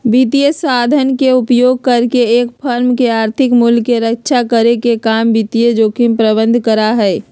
वित्तीय साधन के उपयोग करके एक फर्म में आर्थिक मूल्य के रक्षा करे के काम वित्तीय जोखिम प्रबंधन करा हई